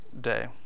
day